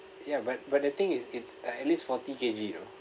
ya but but the thing is it's uh at least forty K_G you know